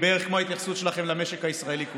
בערך כמו ההתייחסות שלכם למשק הישראלי כולו.